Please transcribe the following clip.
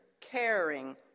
caring